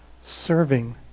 serving